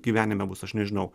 gyvenime bus aš nežinau